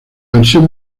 versión